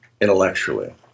intellectually